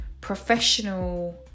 professional